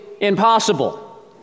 impossible